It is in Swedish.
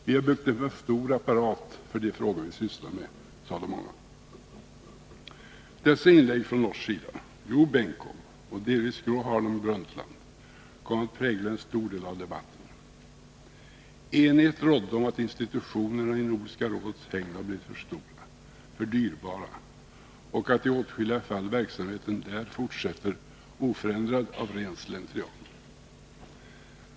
Vi har byggt upp en för stor apparat för de frågor vi sysslar med, sade många. Dessa inlägg från norsk sida, av Joe Benkow och delvis Gro Harlem Brundtland, kom att prägla en stor del av debatten. Enighet rådde om att institutionerna i Nordiska rådets hägn har blivit för stora, för dyrbara, och att i åtskilliga fall verksamheten fortsätter oförändrad av ren slentrian.